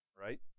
right